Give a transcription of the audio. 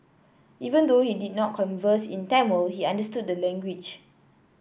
even though he did not converse in Tamil he understood the language